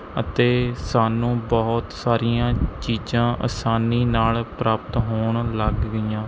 ਅਤੇ ਸਾਨੂੰ ਬਹੁਤ ਸਾਰੀਆਂ ਚੀਜ਼ਾਂ ਅਸਾਨੀ ਨਾਲ਼ ਪ੍ਰਾਪਤ ਹੋਣ ਲੱਗ ਗਈਆਂ